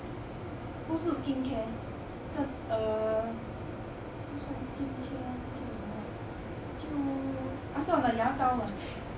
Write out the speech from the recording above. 它不是 skincare err 不算 skincare 是叫什么就啊算了牙膏 lah